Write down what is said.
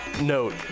note